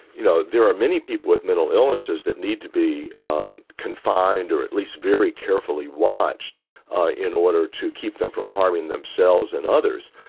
you know, there are many people with mental illnesses that need to be confined or at least very carefully watched in order to keep them from harming themselves and others.